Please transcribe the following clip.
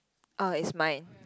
oh it's mine